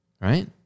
Right